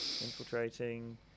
infiltrating